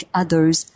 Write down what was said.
others